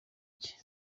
cye